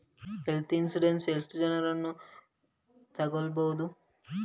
Health insurance ಎಷ್ಟು ಜನರನ್ನು ತಗೊಳ್ಬಹುದು?